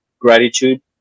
gratitude